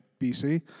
BC